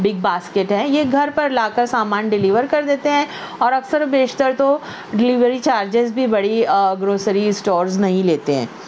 big Basket ہیں یہ گھر پر لا کر سامان ڈلیور کر دیتے ہیں اور اکثر و بیشتر تو ڈلیوری چارجز بھی بڑی گروسریز اسٹورز نہیں لیتے ہیں